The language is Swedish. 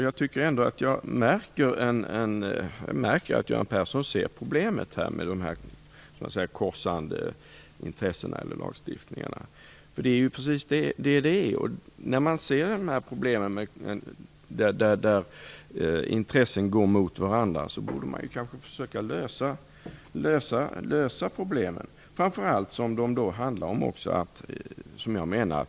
Jag tycker ändå att jag märker att Göran Persson ser problemet med korsande intressen i lagstiftningen. Det är precis så det är. När man ser att intressen går mot varandra borde man försöka lösa problemen.